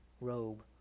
robe